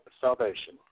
salvation